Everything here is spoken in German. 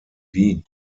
wien